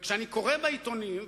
כשאני קורא בעיתונים,